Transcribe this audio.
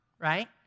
right